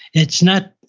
it's not,